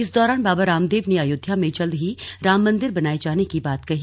इस दौरान बाबा रामदेव ने अयोध्या में जल्द ही राम मंदिर बनाये जाने की बात कही